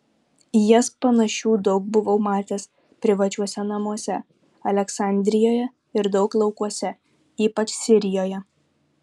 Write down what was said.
į jas panašių daug buvau matęs privačiuose namuose aleksandrijoje ir daug laukuose ypač sirijoje